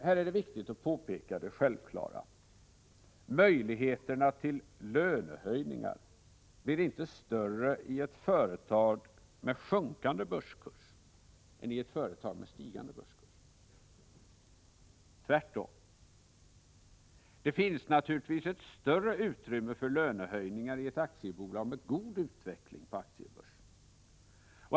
Här är det viktigt att påpeka det självklara: Möjligheterna till lönehöjningar blir inte större i ett företag med sjunkande börskurs än i ett företag med stigande börskurs — tvärtom. Det finns naturligtvis ett större utrymme för lönehöjningar i ett aktiebolag med god utveckling på aktiebörsen.